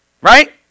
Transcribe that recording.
Right